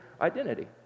identity